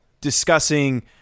discussing